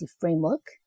framework